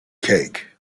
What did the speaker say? cake